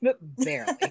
barely